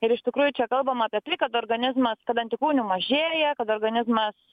ir iš tikrųjų čia kalbam apie tai kad organizmas kad antikūnių mažėja kad organizmas